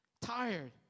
tired